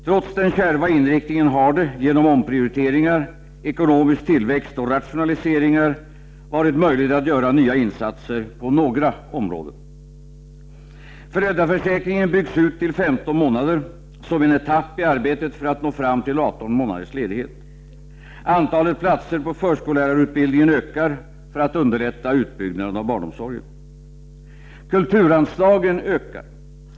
Trots den kärva inriktningen har det, genom omprioriteringar, ekonomisk tillväxt och rationaliseringar varit möjligt att göra nya insatser på några områden: o Föräldraförsäkringen byggs ut till 15 månader, som en etapp i arbetet för att nå fram till 18 månaders ledighet. Antalet platser på förskollärarutbildningen ökar, för att underlätta utbyggnaden av barnomsorgen. o Kulturanslagen ökar.